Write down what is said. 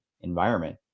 environment